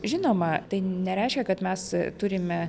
žinoma tai nereiškia kad mes turime